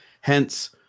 Hence